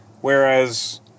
whereas